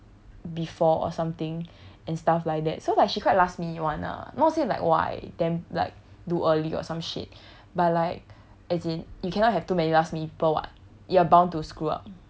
before or something and stuff like that so like she quite last minute [one] lah not say like why then like do early or some shit but like as in you cannot have too many last minute people [what] you're bound to screw up